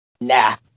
Nah